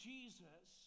Jesus